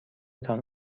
تان